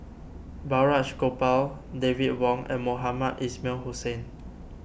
Balraj Gopal David Wong and Mohamed Ismail Hussain